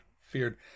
feared